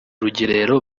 rugerero